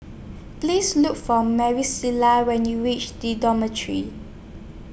Please Look For Marisela when YOU REACH The Dormitory